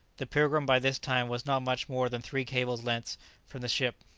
the pilgrim by this time was not much more than three cables' lengths from the ship,